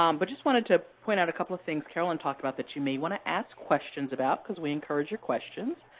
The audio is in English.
um but just wanted to point out a couple of things carolyn talked about that you may want to ask questions about, because we encourage your questions.